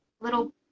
little